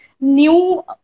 new